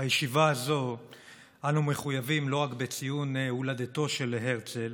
בישיבה הזאת אנו מחויבים לא רק בציון הולדתו של הרצל,